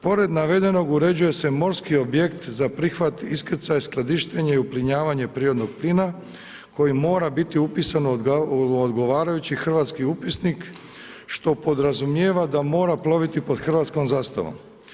Pored navedenog, uređuje se morski objekt za prihvat iskrcaja, skladištenje i uplinjavanje prirodnog plina koji mora biti upisan u odgovarajući hrvatski upisnik, što podrazumijeva da mora ploviti pod Hrvatskom zastavom.